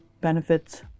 benefits